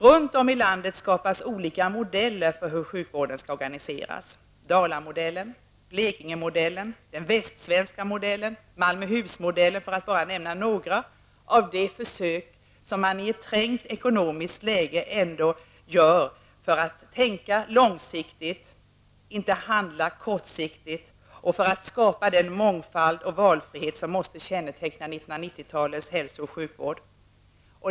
Runt om i landet skapas olika modeller för hur sjukvården skall organiseras. Dalamodellen, Malmöhusmodellen osv. för att bara nämna några av de försök man nu gör för att i ett trängt ekonomiskt läge ändå tänka långsiktigt, inte handla kortsiktigt, och för att skapa den mångfald och valfrihet som måste känneteckna 1990-talets hälsooch sjukvård.